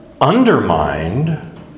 undermined